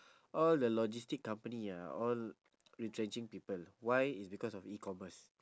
all the logistic company ah all retrenching people why it's because of e-commerce